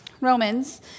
Romans